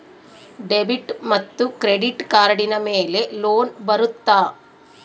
Debit ಮತ್ತು credit ಕಾರ್ಡಿನ ಮೇಲೆ ಲೋನ್ ಬರುತ್ತಾ?